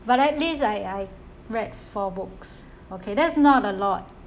but at least I I read four books okay that's not a lot